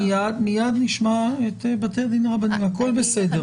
מיד נשמע את בתי הדין הרבניים, הכול בסדר.